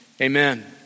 amen